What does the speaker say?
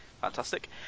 Fantastic